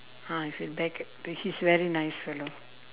ah I feel take~ he's very nice fellow